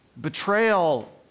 Betrayal